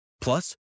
Plus